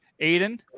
Aiden